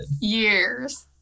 years